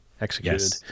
executed